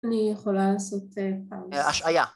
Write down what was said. ‫אני יכולה לעשות את זה פעם. ‫-השעיה.